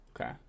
Okay